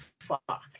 fuck